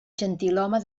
gentilhome